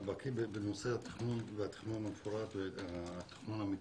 אני בקי גם בנושא התכנון המפורט והתכנון המתארי.